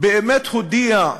באמת הודיע,